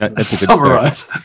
Summarize